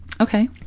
Okay